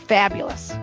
fabulous